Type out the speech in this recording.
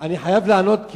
אני חייב לענות,